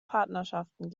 partnerschaften